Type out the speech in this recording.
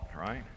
right